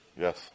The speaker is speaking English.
Yes